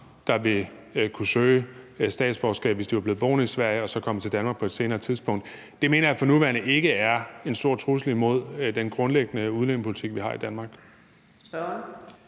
der vil kunne søge om statsborgerskab, hvis de var blevet boende i Sverige og så kommet til Danmark på et senere tidspunkt. Det mener jeg for nuværende ikke er en stor trussel imod den grundlæggende udlændingepolitik, vi har i Danmark.